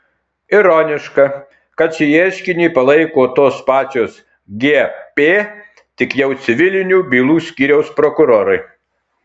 ironiška kad šį ieškinį palaiko tos pačios gp tik jau civilinių bylų skyriaus prokurorai